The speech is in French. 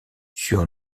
sur